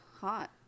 hot